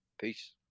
Peace